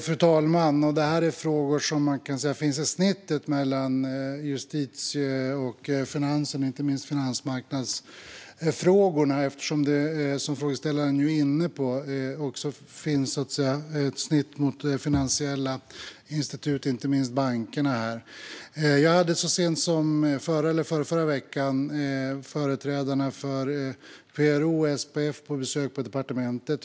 Fru talman! Detta är frågor som man kan säga finns i snittet mellan justitiefrågorna och finansfrågorna, inte minst finansmarknadsfrågorna. Som frågeställaren är inne på finns det också ett snitt mot finansiella institut och inte minst bankerna. Jag hade så sent som förra eller förrförra veckan företrädare för PRO och SPF på besök på departementet.